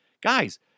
Guys